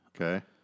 Okay